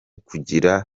kugira